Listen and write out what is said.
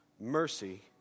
mercy